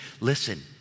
listen